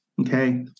Okay